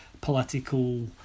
political